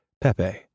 Pepe